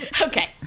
okay